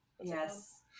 Yes